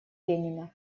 ленина